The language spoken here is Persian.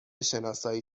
شناسایی